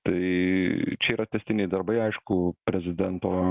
tai čia yra tęstiniai darbai aišku prezidento